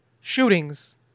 shootings